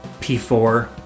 P4